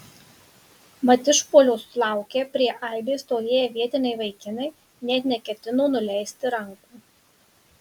mat išpuolio sulaukę prie aibės stovėję vietiniai vaikinai net neketino nuleisti rankų